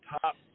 top